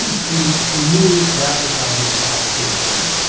and she she knew that was how he talked to a friend.